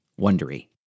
Wondery